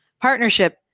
partnership